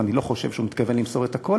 ואני לא חושב שהוא מתכוון למסור את הכול,